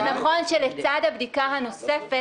זה נכון שלצד הבדיקה הנוספת